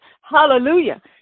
hallelujah